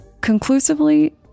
Conclusively